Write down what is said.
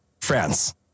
France